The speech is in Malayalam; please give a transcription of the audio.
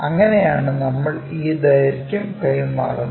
അങ്ങനെയാണ് നമ്മൾ ഈ ദൈർഘ്യം കൈമാറുന്നത്